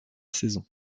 saison